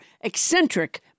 eccentric